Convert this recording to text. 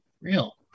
real